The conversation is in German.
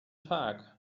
tag